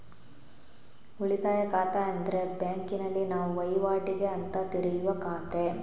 ಉಳಿತಾಯ ಖಾತೆ ಅಂದ್ರೆ ಬ್ಯಾಂಕಿನಲ್ಲಿ ನಾವು ವೈವಾಟಿಗೆ ಅಂತ ತೆರೆಯುವ ಖಾತೆ